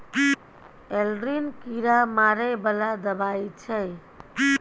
Aldrin कीरा मारै बला दवाई छै